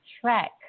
track